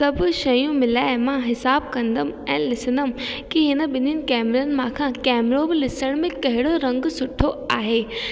सभु शयूं मिले मां हिसाबु कंदमि ऐं ॾिसंदमि कि हिन ॿिन्हिनि कैमरनि मां खां कैमरो बि ॾिसण में कहिड़ो रंग सुठो आहे